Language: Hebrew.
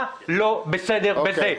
מה לא בסדר בזה?